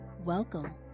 Welcome